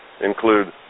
include